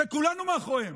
כשכולנו מאחוריהם.